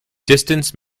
distance